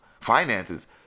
finances